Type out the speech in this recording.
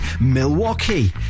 Milwaukee